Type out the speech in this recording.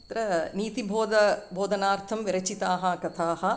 अत्र नीतिबोधनार्थं विरचिताः कथाः